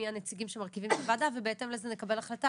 מי הנציגים שמרכיבים את הוועדה ובהתאם לזה נקבל החלטה